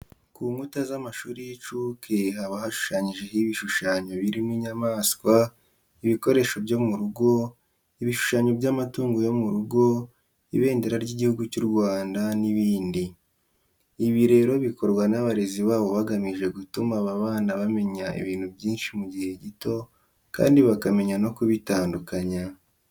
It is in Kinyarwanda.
Ku nkuta z'amashuri y'incuke haba hashushanyijeho ibishushanyo birimo inyamaswa, ibikoresho byo mu rugo, ibishushanyo by'amatungo yo mu rugo, Ibendera ry'Igihugu cy'u Rwanda n'ibindi. Ibi rero bikorwa n'abarezi babo bagamije gutuma aba bana bamenya ibintu byinshi mu gihe gito kandi bakamenya no kubitandukanya.